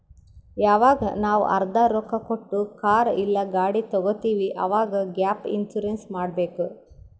ಯವಾಗ್ ನಾವ್ ಅರ್ಧಾ ರೊಕ್ಕಾ ಕೊಟ್ಟು ಕಾರ್ ಇಲ್ಲಾ ಗಾಡಿ ತಗೊತ್ತಿವ್ ಅವಾಗ್ ಗ್ಯಾಪ್ ಇನ್ಸೂರೆನ್ಸ್ ಮಾಡಬೇಕ್